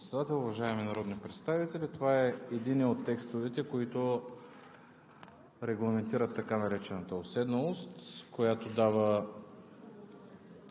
Уважаеми народни представители, това е единият от текстовете, които регламентират така наречената уседналост, която дава